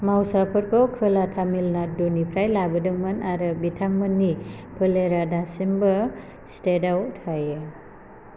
मावसाफोरखौ खोला तामिलनाडुनिफ्राय लाबोदोंमोन आरो बिथांमोननि फोलेरा दासिमबो स्टेटआव थायो